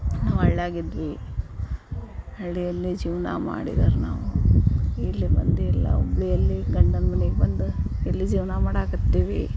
ನಾವು ಹಳ್ಯಾಗ ಇದ್ವಿ ಹಳ್ಳಿಯಲ್ಲಿ ಜೀವನ ಮಾಡಿದರು ನಾವು ಇಲ್ಲಿ ಬಂದು ಎಲ್ಲ ಹುಬ್ಬಳ್ಳಿಯಲ್ಲಿ ಗಂಡನ ಮನಿಗೆ ಬಂದು ಇಲ್ಲಿ ಜೀವನ ಮಾಡಕ್ಕತ್ತೀವಿ